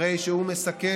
הרי שהוא מסכן